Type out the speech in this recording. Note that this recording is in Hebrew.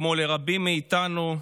כמו לרבים מאיתנו,